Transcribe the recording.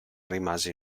rimase